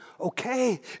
Okay